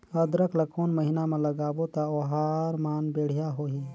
अदरक ला कोन महीना मा लगाबो ता ओहार मान बेडिया होही?